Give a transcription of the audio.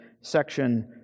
section